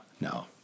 no